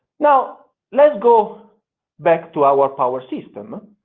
now let's go back to our power system,